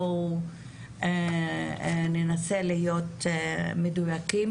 בואו ננסה להיות מדויקים,